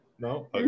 No